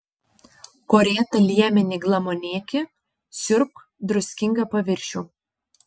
korėtą liemenį glamonėki siurbk druskingą paviršių